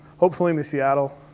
hopefully in the seattle,